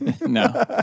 No